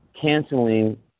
canceling